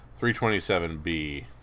327B